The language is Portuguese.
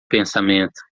pensamento